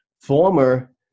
Former